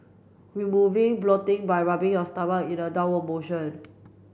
removing bloating by rubbing your stomach in a downward motion